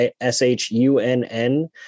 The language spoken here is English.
S-H-U-N-N